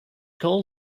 call